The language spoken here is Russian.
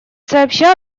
сообща